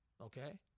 Okay